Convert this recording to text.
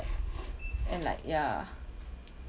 then like ya